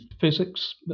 physics